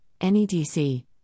NEDC